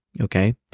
okay